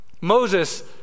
Moses